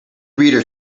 reader